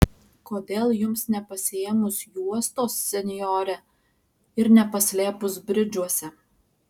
kodėl jums nepasiėmus juostos senjore ir nepaslėpus bridžuose